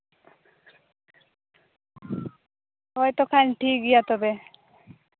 ᱦᱳᱭ ᱛᱚ ᱠᱷᱟᱱ ᱴᱷᱤᱠ ᱜᱮᱭᱟ ᱛᱚᱵᱮ